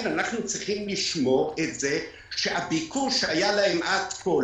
אנחנו צריכים לשמור את זה שהביקוש לחם שלהם שהיה להם עד כה,